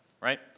right